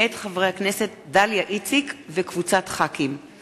מאת חברי הכנסת דליה איציק, ציפי לבני,